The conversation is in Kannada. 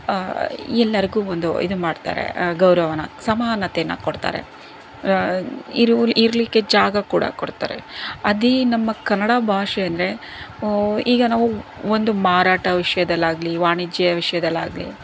ಎಲ್ಲರಗೂ ಒಂದು ಇದು ಮಾಡ್ತಾರೆ ಗೌರವನ ಸಮಾನತೆನ ಕೊಡ್ತಾರೆ ಇರುವುಲ್ಲಿ ಇರಲಿಕ್ಕೆ ಜಾಗ ಕೂಡ ಕೊಡ್ತಾರೆ ಅದೇ ನಮ್ಮ ಕನ್ನಡ ಭಾಷೆ ಅಂದರೆ ಈಗ ನಾವು ಒಂದು ಮಾರಾಟ ವಿಷಯದಲ್ಲಾಗ್ಲಿ ವಾಣಿಜ್ಯ ವಿಷಯದಲ್ಲಾಗ್ಲಿ